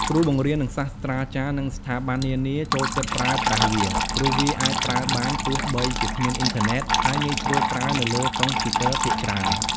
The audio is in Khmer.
គ្រូបង្រៀន និងសាស្ត្រាចារ្យ និងស្ថាប័ននានាចូលចិត្តប្រើប្រាស់វា ព្រោះវាអាចប្រើបានទោះបីជាគ្មានអ៊ីនធឺណេត ហើយងាយស្រួលប្រើនៅលើកុំព្យូទ័រភាគច្រើន។